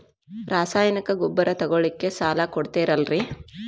ರಾಸಾಯನಿಕ ಗೊಬ್ಬರ ತಗೊಳ್ಳಿಕ್ಕೆ ಸಾಲ ಕೊಡ್ತೇರಲ್ರೇ?